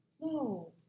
no